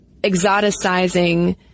exoticizing